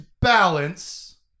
balance